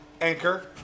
Anchor